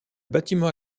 bâtiment